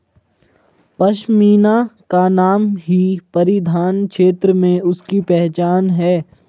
पशमीना का नाम ही परिधान क्षेत्र में उसकी पहचान है